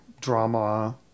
drama